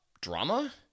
drama